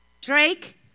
Drake